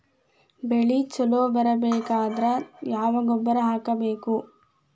ಬೆಳಿ ಛಲೋ ಬರಬೇಕಾದರ ಯಾವ ಗೊಬ್ಬರ ಹಾಕಬೇಕು?